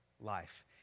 life